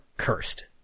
cursed